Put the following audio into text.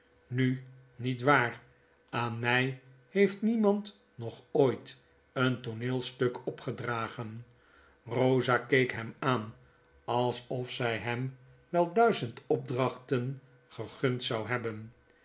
nu niet waar aan my heeft niemand nog ooit een tooneelstuk opgedragen eosa keek hem aan alsof zy hem wel duizend opdrachten gegund zou hebben